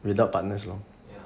without partners lor